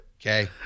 Okay